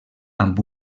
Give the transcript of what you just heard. amb